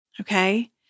Okay